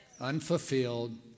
Unfulfilled